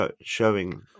showing